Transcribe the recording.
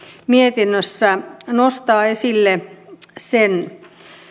mietinnössä nostaa esille sen